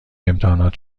امتحانات